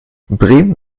bremen